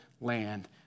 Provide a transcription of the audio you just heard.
land